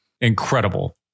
Incredible